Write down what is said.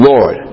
Lord